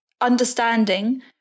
understanding